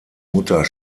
mutter